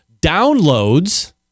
Downloads